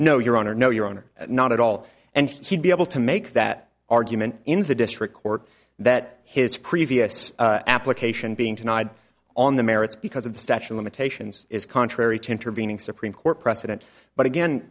no your honor no your honor not at all and he'd be able to make that argument in the district court that his previous application being denied on the merits because of the statue of limitations is contrary to intervening supreme court precedent but again